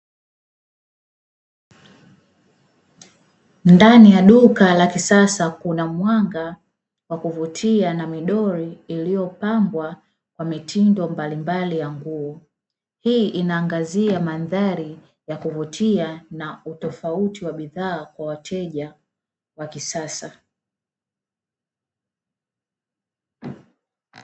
Ndani ya duka la kisasa kuna mwanga wa kuvutia na midori iliyopambwa kwa mitindo mbalimbali ya nguo, hii inaangazia mandhari ya kuvutia na utofauti wa bidhaa kwa wateja wa kisasa.